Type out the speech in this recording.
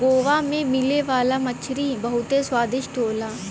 गोवा में मिले वाला मछरी बहुते स्वादिष्ट होला